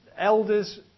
Elders